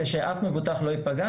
כדי שאף מבוטח לא ייפגע,